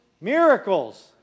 Miracles